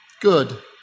good